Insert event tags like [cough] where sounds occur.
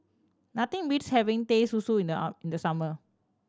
nothing beats having Teh Susu in the [unintelligible] in the summer